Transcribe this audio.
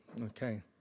Okay